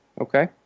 Okay